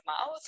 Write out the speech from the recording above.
mouth